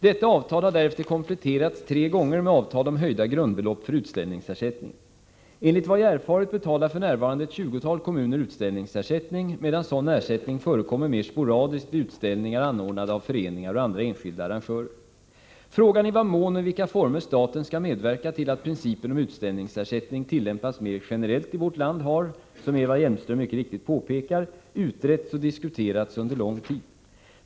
Detta avtal har därefter kompletterats tre gånger med avtal om höjda grundbelopp för utställningsersättningen. Enligt vad jag erfarit betalar f. n. ett tjugotal kommuner utställningsersättning medan sådan ersättning förekommer mer sporadiskt vid utställningar anordnade av föreningar och andra enskilda arrangörer. Frågan i vad mån och i vilka former staten skall medverka till att principen om utställningsersättning tillämpas mer generellt i vårt land har, som Eva Hjelmström mycket riktigt påpekar, utretts och diskuterats under lång tid.